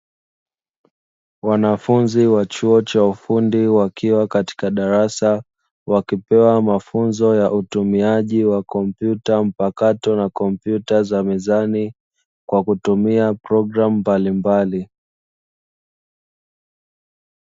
Wanafunzi wa chuo cha ufundi wakiwa katika darasa, wakipewa mafunzo ya utumiaji wa kompyuta mpakato na kompyuta za mezani, kwa kutumia programu mbalimbali.